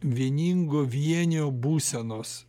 vieningo vienio būsenos